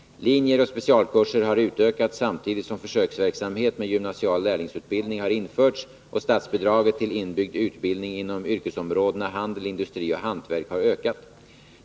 Linjer och specialkurser har utökats, samtidigt som försöksverksamhet med gymnasial lärlingsutbildning har införts och statsbidraget till inbyggd utbildning inom yrkesområdena handel, industri och hantverk har ökat.